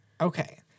Okay